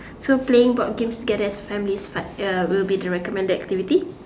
so playing board games together as a family is fun uh will be the recommended activity